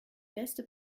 beste